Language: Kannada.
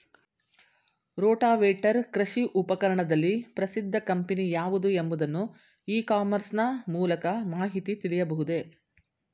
ರೋಟಾವೇಟರ್ ಕೃಷಿ ಉಪಕರಣದಲ್ಲಿ ಪ್ರಸಿದ್ದ ಕಂಪನಿ ಯಾವುದು ಎಂಬುದನ್ನು ಇ ಕಾಮರ್ಸ್ ನ ಮೂಲಕ ಮಾಹಿತಿ ತಿಳಿಯಬಹುದೇ?